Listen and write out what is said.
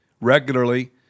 regularly